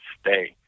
stay